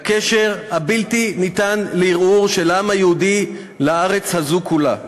לקשר הבלתי-ניתן לערעור של העם היהודי לארץ הזאת כולה.